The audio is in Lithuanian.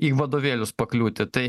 į vadovėlius pakliūti tai